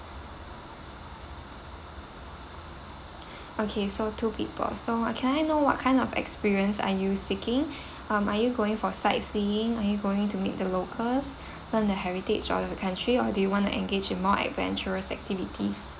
okay so two people so uh can I know what kind of experience are you seeking um are you going for sightseeing are you going to meet the locals then the heritage all over the country or do you want to engage in more adventurous activities